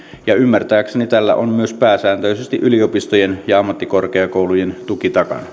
ja ymmärtääkseni tällä on pääsääntöisesti myös yliopistojen ja ammattikorkeakoulujen tuki takana